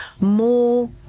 more